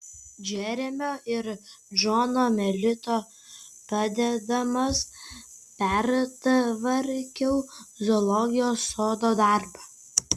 džeremio ir džono melito padedamas pertvarkiau zoologijos sodo darbą